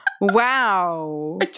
Wow